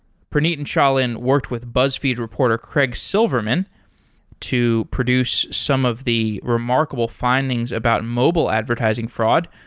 praneet and shailin worked with buzzfeed reporter craig silverman to produce some of the remarkable findings about mobile advertising fraud,